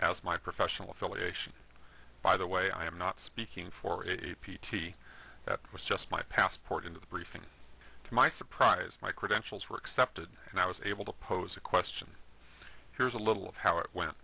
as my professional affiliation by the way i am not speaking for a p t that was just my passport in the briefing to my surprise my credentials were accepted and i was able to pose a question here's a little of how it went